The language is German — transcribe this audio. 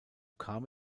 kam